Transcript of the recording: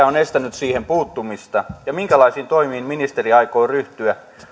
on estänyt siihen puuttumista ja minkälaisiin toimiin ministeri aikoo ryhtyä